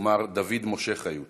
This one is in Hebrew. ומר דוד משה חיות,